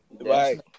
right